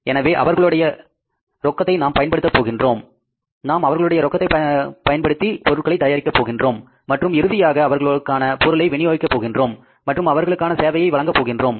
எனவே அவர்களுடைய ரொக்கத்தை நாம் பயன்படுத்த போகின்றோம் நாம் அவர்களுடைய ரொக்கத்தை பயன்படுத்தி பொருட்களை தயாரிக்க போகின்றோம் மற்றும் இறுதியாக அவர்களுக்கான பொருளை வினியோகிக்க போகின்றோம் மற்றும் அவர்களுக்கான சேவையை வழங்கப் போகின்றோம்